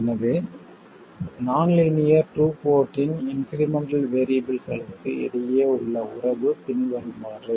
எனவே நான் linear two போர்ட்டின் இன்க்ரிமெண்டல் வேறியபிள்களுக்கு இடையே உள்ள உறவு பின்வருமாறு